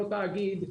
לא תאגיד,